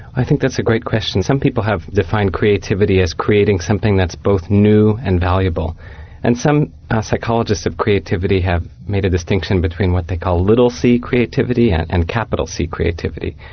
i think that's a great question. some people have defined creativity as creating something that's both new and valuable and some psychologists of creativity have made a distinction between what they call little c creativity and and capital c creativity,